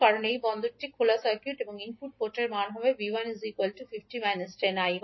কারণ এই পোর্টটি খোলা সার্কিট এবং ইনপুট পোর্টের মান হবে 𝐕1 50 10𝐈1